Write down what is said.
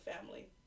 family